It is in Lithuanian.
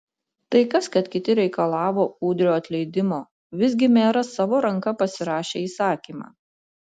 tai kas kad kiti reikalavo udrio atleidimo visgi meras savo ranka pasirašė įsakymą